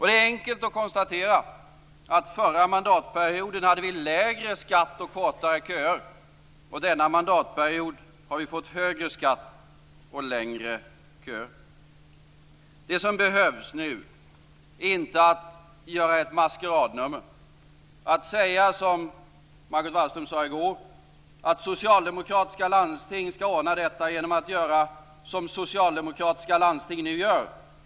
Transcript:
Det är enkelt att konstatera att under den förra mandatperioden hade vi lägre skatt och kortare köer. Denna mandatperiod har vi fått högre skatt och längre köer. Det som behövs nu är inte ett maskeradnummer. I går sade Margot Wallström att socialdemokratiska landsting skall ordna detta genom att göra som socialdemokratiska landsting nu gör.